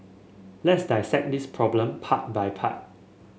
let's dissect this problem part by part